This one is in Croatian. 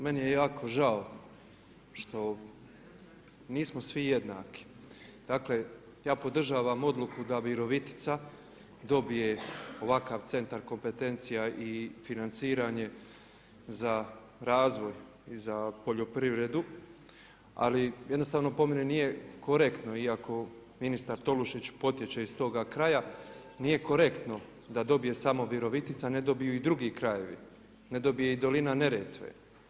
Meni je jako žao što nismo svi jednaki, dakle ja podržavam odluku da Virovitica dobije ovakav centar kompetencija i financiranje za razvoj i za poljoprivredu ali jednostavno po meni nije korektno iako ministar Tolušić potječe iz toga kraja nije korektno da dobije samo Virovitica, ne dobiju i drugi krajevi, ne dobije i dolina Neretve.